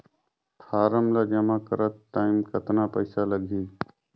Form ला जमा करत टाइम कतना पइसा लगही?